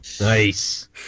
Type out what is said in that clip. Nice